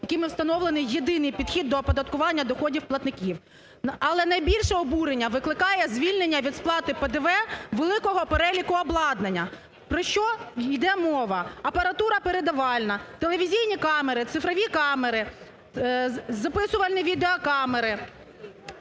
яким встановлений єдиний підхід до оподаткування доходів платників. Але найбільше обурення викликає звільнення від сплати ПДВ великого переліку обладнання. Про що йде мова. Апаратура передавальна, телевізійні камери, цифрові камери, записувальні відеокамери,